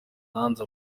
nanze